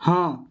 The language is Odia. ହଁ